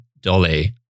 Dolly